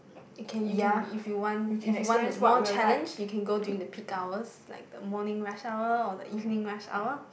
you can you can if you want if you want more challenge you can go during the peak hours like the morning rush hour or the evening rush hour